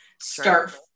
start